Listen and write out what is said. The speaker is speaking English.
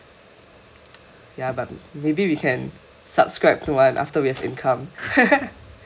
ya but maybe we can subscribe to one after we have income